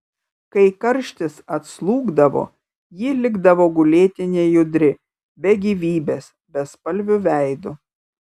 kai karštis atslūgdavo ji likdavo gulėti nejudri be gyvybės bespalviu veidu